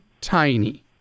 tiny